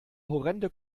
horrende